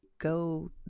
go